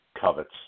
covets